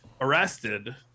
arrested